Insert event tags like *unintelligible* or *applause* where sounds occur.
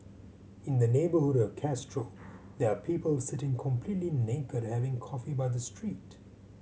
in the neighbourhood of Castro there are people sitting completely naked *unintelligible* having coffee by the street